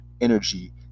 energy